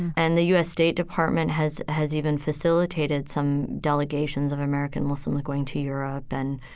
and the u s. state department has has even facilitated some delegations of american muslims going to europe and,